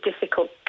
difficult